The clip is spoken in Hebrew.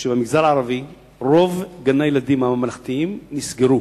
שבמגזר הערבי רוב גני-הילדים הממלכתיים נסגרו